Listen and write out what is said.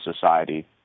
society